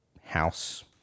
house